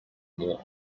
more